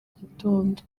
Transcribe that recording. gitondo